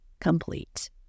complete